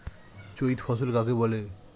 চৈতি ফসল কাকে বলে?